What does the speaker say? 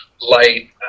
light